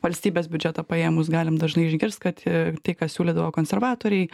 valstybės biudžetą paėmus galim dažnai išgirst kad tai ką siūlydavo konservatoriai